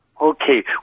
Okay